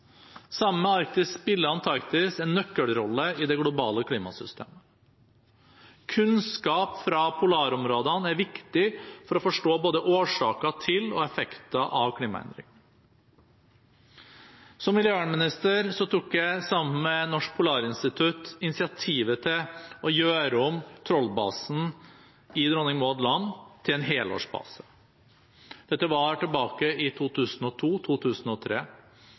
Sammen med Arktis spiller Antarktis en nøkkelrolle i det globale klimasystemet. Kunnskap fra polarområdene er viktig for å forstå både årsaker til og effekter av klimaendringene. Som miljøvernminister tok jeg sammen med Norsk Polarinstitutt initiativet til å gjøre om Troll-basen i Dronning Maud land til en helårsbase. Dette var tilbake i